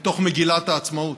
מתוך מגילת העצמאות: